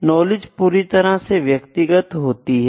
knowledge पूरी तरह व्यक्तिगत होती है